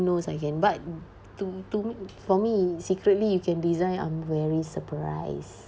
knows I can but to to for me secretly you can design I'm very surprised